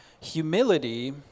Humility